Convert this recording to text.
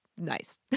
nice